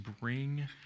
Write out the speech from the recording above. bring